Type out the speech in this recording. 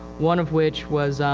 one of which was,